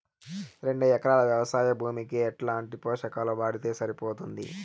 రెండు ఎకరాలు వ్వవసాయ భూమికి ఎట్లాంటి పోషకాలు వాడితే సరిపోతుంది?